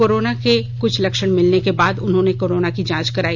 corona के कुछ लक्षण मिलने के बाद उन्होंने कोरोना की जांच कराई